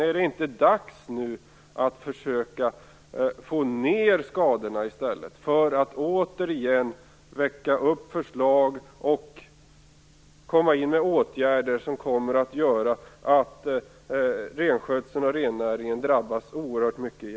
Är det inte dags nu att försöka få ned skadorna, i stället för att återigen väcka förslag och vidta åtgärder som innebär att renskötsel och rennäring på nytt drabbas oerhört hårt?